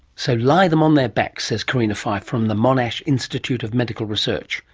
so lie them on their backs says karinna fyfe from the monash institute of medical research,